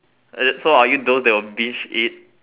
uh so are you those that will binge eat